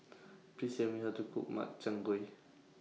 Please Tell Me How to Cook Makchang Gui